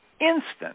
instant